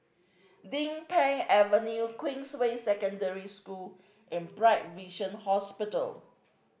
Din Pang Avenue Queensway Secondary School and Bright Vision Hospital